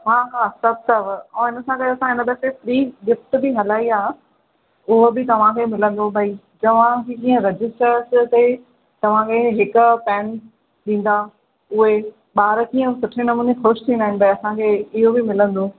हा हा सभु अथव उहो हुन सां गॾु हिन दफ़े ॿीं गिफ्ट बि हलाई आहे उहो बि तव्हांखे मिलंदो भई तव्हां रजिस्टर ते तव्हांखे हिकु पेन ॾींदा उहे ॿार कीअं सुठे नमूने ख़ुशि थींदा आहिनि भई असांखे इहो बि मिलंदो